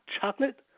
Chocolate